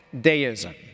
deism